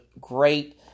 great